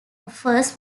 offers